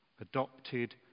Adopted